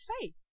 faith